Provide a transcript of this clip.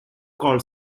called